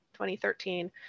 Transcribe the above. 2013